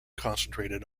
concentrated